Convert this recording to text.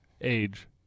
age